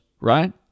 right